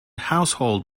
household